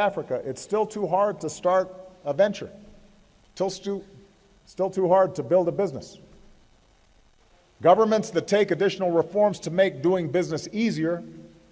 africa it's still too hard to start a venture to do still too hard to build a business governments the take additional reforms to make doing business easier